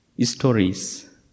stories